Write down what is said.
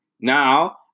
Now